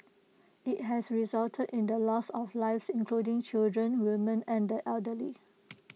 IT has resulted in the loss of lives including children women and the elderly